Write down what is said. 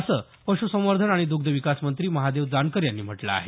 असं पशुसंवर्धन आणि द्ग्धविकास मंत्री महादेव जानकर यांनी म्हटलं आहे